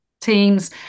teams